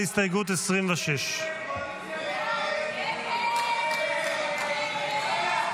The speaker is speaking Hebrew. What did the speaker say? הסתייגות 26. הסתייגות 26 לא נתקבלה.